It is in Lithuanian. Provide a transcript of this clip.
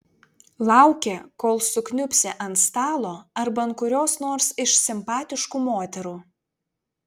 lauki kol sukniubsi ant stalo arba ant kurios nors iš simpatiškų moterų